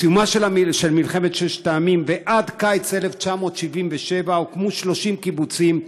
מסיום מלחמת ששת הימים ועד קיץ 1977 הוקמו 30 קיבוצים,